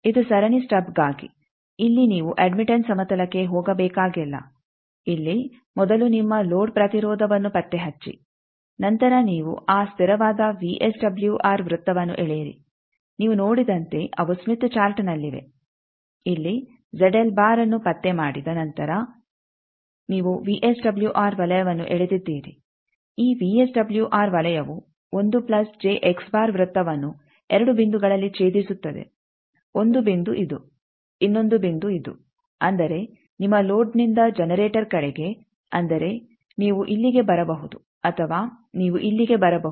ಇದು ಸರಣಿ ಸ್ಟಬ್ಗಾಗಿ ಇಲ್ಲಿ ನೀವು ಅಡ್ಮಿಟೆಂಸ್ ಸಮತಲಕ್ಕೆ ಹೋಗಬೇಕಾಗಿಲ್ಲ ಇಲ್ಲಿ ಮೊದಲು ನಿಮ್ಮ ಲೋಡ್ ಪ್ರತಿರೋಧವನ್ನು ಪತ್ತೆ ಹಚ್ಚಿ ನಂತರ ನೀವು ಆ ಸ್ಥಿರವಾದ ವಿಎಸ್ಡಬ್ಲ್ಯೂಆರ್ ವೃತ್ತವನ್ನು ಎಳೆಯಿರಿ ನೀವು ನೋಡಿದಂತೆ ಅವು ಸ್ಮಿತ್ ಚಾರ್ಟ್ನಲ್ಲಿವೆ ಇಲ್ಲಿ ಅನ್ನು ಪತ್ತೆ ಮಾಡಿದ ನಂತರ ನೀವು ವಿಎಸ್ಡಬ್ಲ್ಯೂಆರ್ ವಲಯವನ್ನು ಎಳೆದಿದ್ದೀರಿ ಈ ವಿಎಸ್ಡಬ್ಲ್ಯೂಆರ್ ವಲಯವು ವೃತ್ತವನ್ನು 2 ಬಿಂದುಗಳಲ್ಲಿ ಛೇದಿಸುತ್ತದೆ 1 ಬಿಂದು ಇದು ಇನ್ನೊಂದು ಬಿಂದು ಇದು ಅಂದರೆ ನಿಮ್ಮ ಲೋಡ್ನಿಂದ ಜನರೇಟರ್ ಕಡೆಗೆ ಅಂದರೆ ನೀವು ಇಲ್ಲಿಗೆ ಬರಬಹುದು ಅಥವಾ ನೀವು ಇಲ್ಲಿಗೆ ಬರಬಹುದು